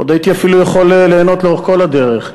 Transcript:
עוד הייתי אפילו יכול ליהנות לאורך כל הדרך.